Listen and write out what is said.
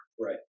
Right